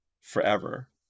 forever